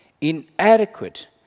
inadequate